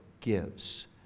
gives